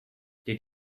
did